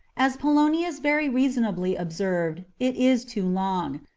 as polonius very reasonably observed, it is too long.